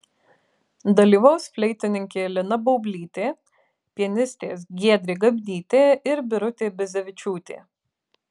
dalyvaus fleitininkė lina baublytė pianistės giedrė gabnytė ir birutė bizevičiūtė